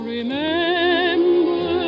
Remember